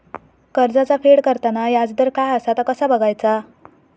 कर्जाचा फेड करताना याजदर काय असा ता कसा बगायचा?